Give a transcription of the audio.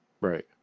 Right